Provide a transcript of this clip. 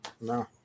No